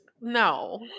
No